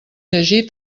llegir